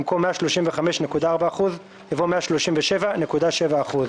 (2)במקום "135.4%" יבוא "137.7%".